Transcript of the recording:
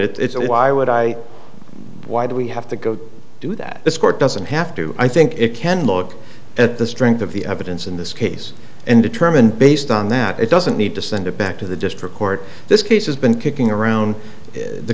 it's a why would i why do we have to go do that this court doesn't have to i think it can look at the strength of the evidence in this case and determine based on that it doesn't need to send it back to the district court this case has been kicking around the